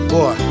Boy